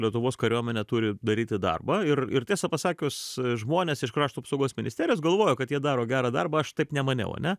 lietuvos kariuomenė turi daryti darbą ir ir tiesą pasakius žmonės iš krašto apsaugos ministerijos galvojo kad jie daro gerą darbą aš taip nemaniau ane